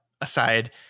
Aside